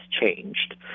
changed